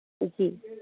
जी